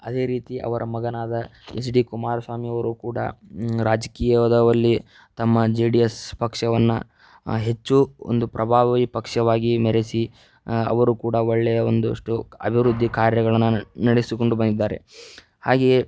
ಅದೇ ರೀತಿ ಅವರ ಮಗನಾದ ಎಚ್ ಡಿ ಕುಮಾರಸ್ವಾಮಿ ಅವರು ಕೂಡ ರಾಜಕೀಯದಲ್ಲಿ ತಮ್ಮ ಜೆ ಡಿ ಎಸ್ ಪಕ್ಷವನ್ನು ಹೆಚ್ಚು ಒಂದು ಪ್ರಭಾವಿ ಪಕ್ಷವಾಗಿ ಮೆರೆಸಿ ಅವರು ಕೂಡ ಒಳ್ಳೆಯ ಒಂದಷ್ಟು ಅಭಿವೃದ್ಧಿ ಕಾರ್ಯಗಳನ್ನು ನಡೆಸಿಕೊಂಡು ಬಂದಿದ್ದಾರೆ ಹಾಗೆಯೇ